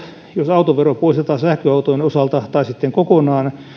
jos autovero poistetaan sähköautojen osalta tai kokonaan